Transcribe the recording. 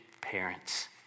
parents